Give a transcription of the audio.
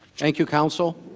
thank you counsel